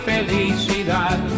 Felicidad